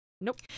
nope